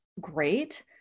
great